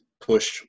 push